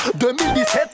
2017